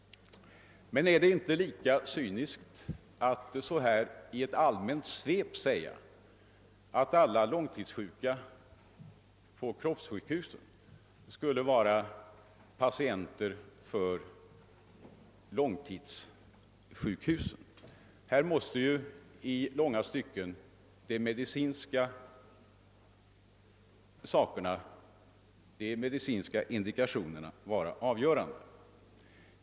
Men är det intet lika cyniskt att så här i ett allmänt svep säga att alla långtidssjuka på kroppssjukhusen skulle vara patienter för långtidssjukhusen? Därvidlag måste i stora stycken de medicinska indikationerna vara avgörande.